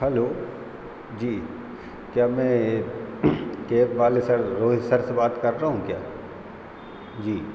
hello जी क्या मैं कैब वाले सर रोहित सर से बात कर रहा हूँ क्या जी